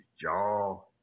jaw